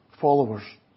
followers